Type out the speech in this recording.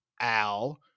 Al